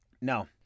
No